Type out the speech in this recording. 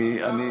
השר,